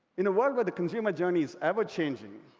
in a world where the consumer journey is ever-changing,